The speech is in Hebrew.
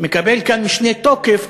מקבל כאן משנה תוקף,